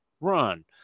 run